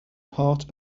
part